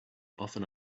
often